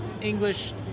English